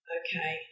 okay